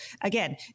Again